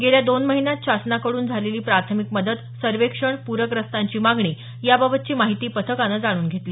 गेल्या दोन महिन्यात शासनाकडून झालेली प्राथामिक मदत सर्वेक्षण पूरग्रस्तांची मागणी या बाबतची माहिती पथकानं जाणून घेतली